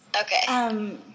Okay